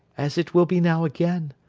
as it will be now again,